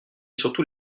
surtout